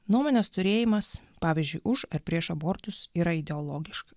nuomonės turėjimas pavyzdžiui už ar prieš abortus yra ideologiška